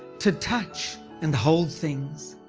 to touch and hold things.